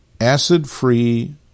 acid-free